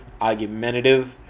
argumentative